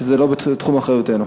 וזה לא בתחום אחריותנו.